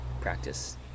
practice